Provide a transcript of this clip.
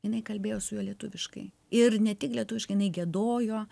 jinai kalbėjo su juo lietuviškai ir ne tik lietuviškai jinai giedojo